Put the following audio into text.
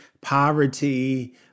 poverty